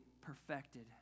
perfected